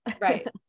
Right